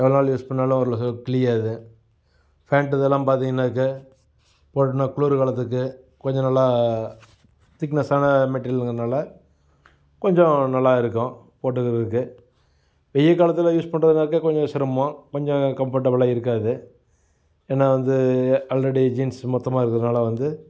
எவ்வளோ நாள் யூஸ் பண்ணாலும் ஓரளவுக்கு கிழியாது ஃபேன்ட் இதெலாம் பார்த்திங்கன்னாக்க போட்டோன்னா குளிர் காலத்துக்கு கொஞ்சம் நல்லா திக்னஸ்ஸான மெட்டீரியலுங்கிறதுனால கொஞ்சம் நல்லா இருக்கும் போட்டுக்கிறதுக்கு வெயில் காலத்தில் யூஸ் பண்ணுறதுனாக்க கொஞ்சம் சிரமம் கொஞ்சம் கம்போர்டபுளாக இருக்காது ஏன்னா வந்து ஆல்ரெடி ஜீன்ஸ் மொத்தமாக இருக்கிறனால வந்து